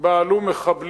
שבה היו מחבלים,